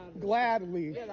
Gladly